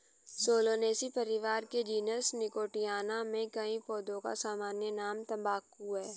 Solanaceae परिवार के genus Nicotiana में कई पौधों का सामान्य नाम तंबाकू है